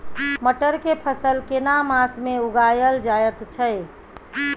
मटर के फसल केना मास में उगायल जायत छै?